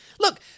Look